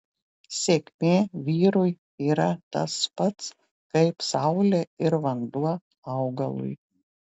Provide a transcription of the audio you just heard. sėkmė vyrui yra tas pats kaip saulė ir vanduo augalui